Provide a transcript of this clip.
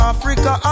Africa